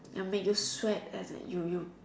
and make you sweat and you you